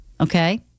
Okay